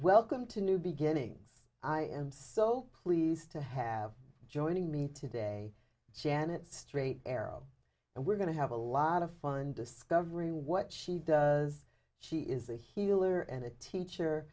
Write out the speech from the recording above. welcome to new beginnings i am so pleased to have joining me today janet straight arrow and we're going to have a lot of fun discovery what she does she is a healer and a teacher